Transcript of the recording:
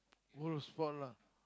world sport lah